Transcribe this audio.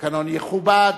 התקנון יכובד,